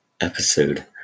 episode